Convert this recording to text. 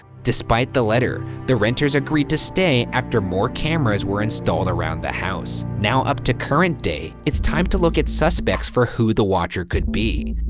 despite the letter, the renters agreed to stay after more cameras were installed around the house. now up to current day, it's time to look at suspects for who the watcher could be.